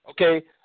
Okay